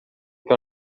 que